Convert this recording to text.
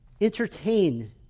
Entertain